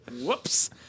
Whoops